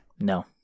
No